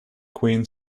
queen